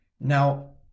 Now